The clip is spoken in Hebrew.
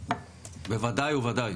בוודאי ובוודאי.